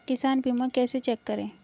किसान बीमा कैसे चेक करें?